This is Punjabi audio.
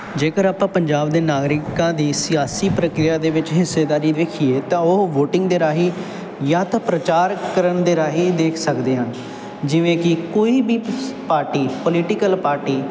ਜੇਕਰ ਆਪਾਂ ਪੰਜਾਬ ਦੇ ਨਾਗਰਿਕਾਂ ਦੀ ਸਿਆਸੀ ਪ੍ਰਕਿਰਿਆ ਦੇ ਵਿੱਚ ਹਿੱਸੇਦਾਰੀ ਵੇਖੀਏ ਤਾਂ ਉਹ ਵੋਟਿੰਗ ਦੇ ਰਾਹੀਂ ਜਾਂ ਤਾਂ ਪ੍ਰਚਾਰ ਕਰਨ ਦੇ ਰਾਹੀਂ ਦੇਖ ਸਕਦੇ ਹਾਂ ਜਿਵੇਂ ਕਿ ਕੋਈ ਵੀ ਪਾਰਟੀ ਪੋਲੀਟੀਕਲ ਪਾਰਟੀ